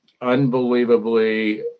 unbelievably